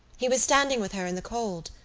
he was standing with her in the cold,